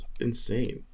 insane